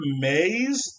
maze